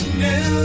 new